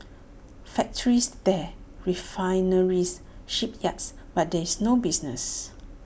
factories there refineries shipyards but there's no business